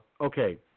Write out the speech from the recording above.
Okay